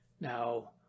now